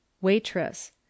Waitress